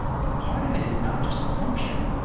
but part of it is not just the function,